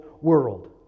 world